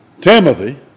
Timothy